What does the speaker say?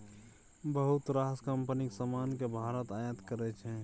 बहुत रास कंपनीक समान केँ भारत आयात करै छै